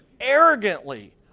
arrogantly